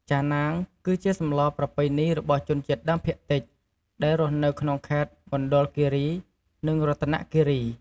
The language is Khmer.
ចាណាងគឺជាសម្លប្រពៃណីរបស់ជនជាតិដើមភាគតិច ដែលរស់នៅក្នុងខេត្តមណ្ឌគិរីនិងរតនគិរី។